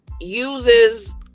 uses